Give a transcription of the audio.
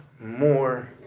more